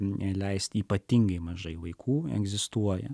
neleisti ypatingai mažai vaikų egzistuoja